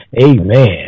Amen